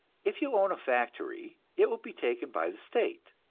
if you own a factory, it will be taken by the state,